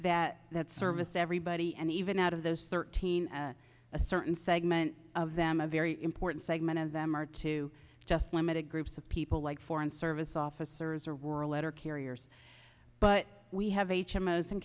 that that service everybody and even out of those thirteen a certain segment of them a very important segment of them are to just limited groups of people like foreign service officers or rural letter carriers but we have h m o s in